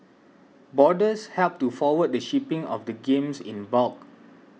boarders helped to forward the shipping of the games in bulk